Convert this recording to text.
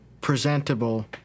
Presentable